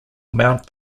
mount